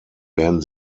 werden